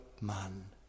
man